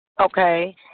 Okay